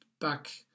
back